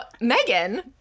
Megan